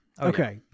Okay